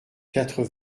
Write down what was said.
quatre